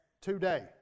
today